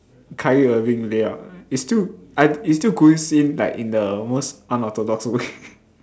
Kyrie Irving layup it's still I it still goes in like in the most unorthodox way